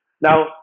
Now